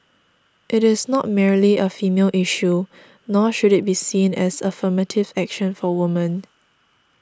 it is not merely a female issue nor should it be seen as affirmative action for women